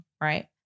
right